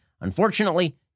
Unfortunately